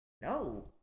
No